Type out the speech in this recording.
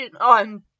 on